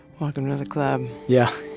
welcome to the club yeah.